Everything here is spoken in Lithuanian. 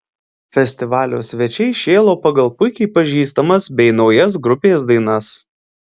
festivalio svečiai šėlo pagal puikiai pažįstamas bei naujas grupės dainas